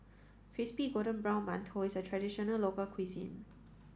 crispy golden brown mantou is a traditional local cuisine